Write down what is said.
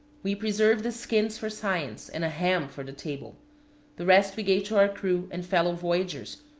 we preserved the skins for science and a ham for the table the rest we gave to our crew and fellow-voyagers,